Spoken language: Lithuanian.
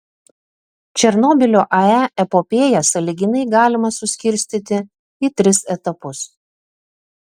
černobylio ae epopėją sąlyginai galima suskirstyti į tris etapus